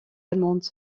allemande